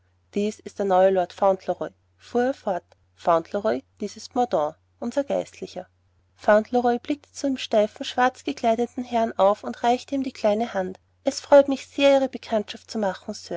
dies ist der neue lord fauntleroy fuhr er fort fauntleroy dies ist mordaunt unser geistlicher fauntleroy blickte zu dem steifen schwarz gekleideten herrn auf und reichte ihm die kleine hand es freut mich sehr ihre bekanntschaft zu machen